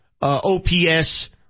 OPS